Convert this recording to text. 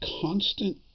constant